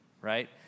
right